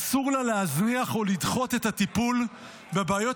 אסור לה להזניח או לדחות את הטיפול בבעיות